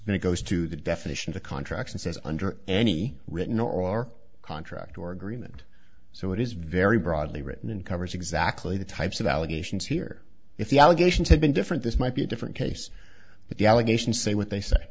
and it goes to the definition the contract says under any written or contract or agreement so it is very broadly written and covers exactly the types of allegations here if the allegations had been different this might be a different case but the allegations say what they say